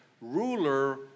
Ruler